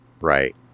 Right